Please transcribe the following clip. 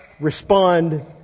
respond